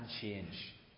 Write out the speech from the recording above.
change